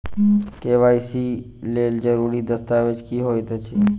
KYC लेल जरूरी दस्तावेज की होइत अछि?